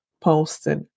posted